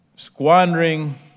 squandering